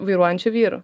vairuojančių vyrų